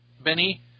Benny